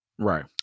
Right